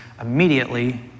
Immediately